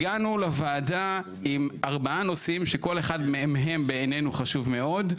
הגענו לוועדה עם ארבעה נושאים שכל אחד מהם הם בעינינו חשוב מאוד,